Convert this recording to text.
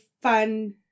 fun